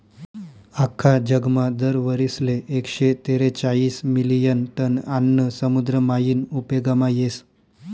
आख्खा जगमा दर वरीसले एकशे तेरेचायीस मिलियन टन आन्न समुद्र मायीन उपेगमा येस